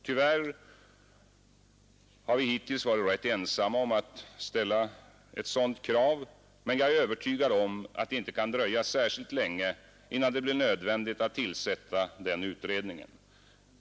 Vi har tyvärr hittills varit rätt ensamma om att ställa ett sådant krav, men jag är övertygad om att det inte kan dröja särskilt länge innan det blir nödvändigt att tillsätta den utredningen.